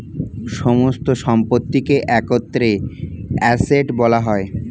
সমস্ত সম্পত্তিকে একত্রে অ্যাসেট্ বলা হয়